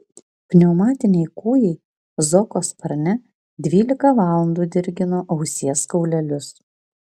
pneumatiniai kūjai zoko sparne dvylika valandų dirgino ausies kaulelius